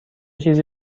چیزی